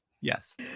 Yes